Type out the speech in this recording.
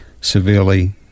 severely